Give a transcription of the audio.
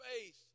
faith